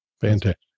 Fantastic